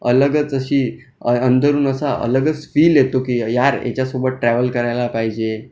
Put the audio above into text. अलगच अशी अंदरून असा अलगच फील येतो की यार ह्याच्यासोबत ट्रॅव्हल करायला पाहिजे